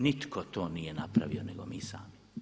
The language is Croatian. Nitko to nije napravio nego mi sami.